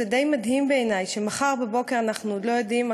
זה די מדהים בעיני שמחר בבוקר אנחנו עוד לא יודעים,